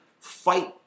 fight